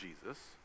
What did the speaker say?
Jesus